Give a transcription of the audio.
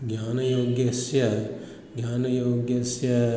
ज्ञानयोग्यस्य ज्ञानयोगस्य